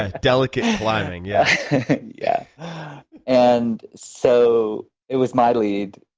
ah delicate climbing. yeah yeah and so it was my lead.